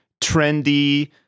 trendy